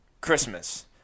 Christmas